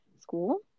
school